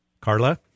Carla